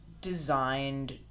designed